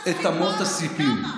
מזעזעות את אמות הסיפים.